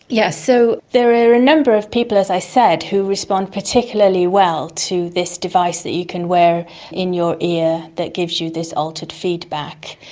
yes, so there are a number of people, as i said, who respond particularly well to this device that you can wear in your ear that gives you this altered feedback.